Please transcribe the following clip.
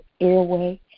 airway